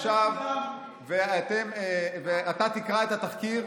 עכשיו, אתה תקרא את התחקיר